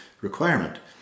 requirement